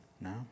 No